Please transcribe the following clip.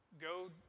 go